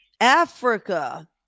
Africa